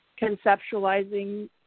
conceptualizing